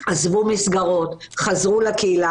והם עזבו מסגרות וחזרו לקהילה.